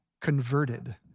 converted